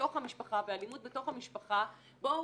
בתוך המשפחה ואלימות בתוך המשפחה בואו